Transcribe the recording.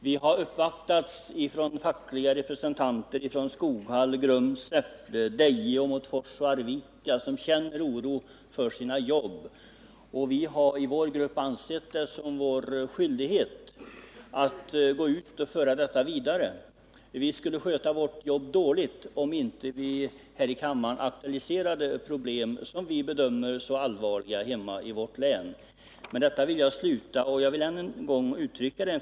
Vi har uppvaktats av fackliga representanter från Skoghall, Grums, Säffle, Deje, Åmotfors och Arvika som känner oro för sina jobb. Inom vår grupp har vi . ansett det vara vår skyldighet att gå ut och föra detta vidare. Vi skulle sköta vårt jobb dåligt, om vi inte här i kammaren aviserade de problem i vårt län som vi bedömer så allvarliga som dessa. Med detta vill jag avsluta mitt inlägg med att vända mig till regeringens företrädare här i kammaren.